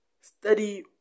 study